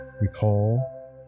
recall